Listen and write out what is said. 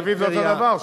בתל-אביב זה אותו דבר,